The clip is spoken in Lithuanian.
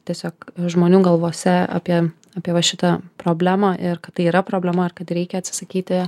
tiesiog žmonių galvose apie apie va šitą problemą ir kad tai yra problema ir kad reikia atsisakyti